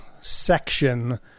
section